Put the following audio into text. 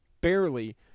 barely